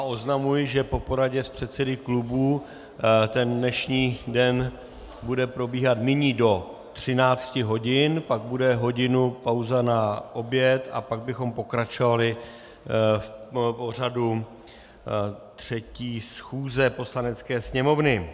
Oznamuji, že po poradě s předsedy klubů dnešní den bude probíhat nyní do 13 hodin, pak bude hodinu pauza na oběd a pak bychom pokračovali v pořadu třetí schůze Poslanecké sněmovny.